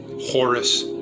Horus